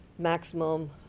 maximum